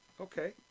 Okay